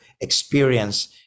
experience